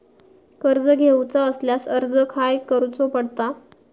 कर्ज घेऊचा असल्यास अर्ज खाय करूचो पडता?